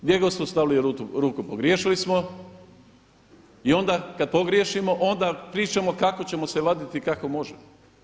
Gdje god smo stavili ruku, pogriješili smo i onda kada pogriješimo onda pričamo kako ćemo se vaditi, kako možemo.